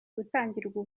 gutangirwa